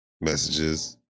messages